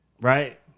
right